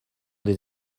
des